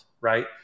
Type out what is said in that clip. right